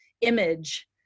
image